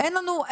אין לנו,